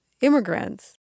immigrants